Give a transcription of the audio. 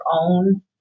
own